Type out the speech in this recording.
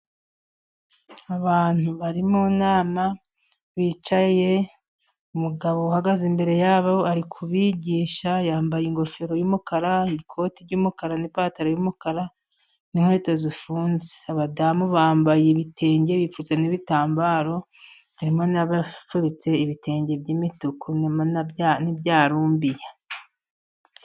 Abantu bari mu nama bicaye. Umugabo uhagaze imbere yabo ari kubigisha, yambaye ingofero y'umukara, ikoti ry'umukara n'ipantaro y'umukara n' inkweto zifunzeA abadamu bambaye ibitenge bipfutse n'ibitambaro harimo n'abifubitse ibitenge by'imituku, harimo n'ibya rumbiya.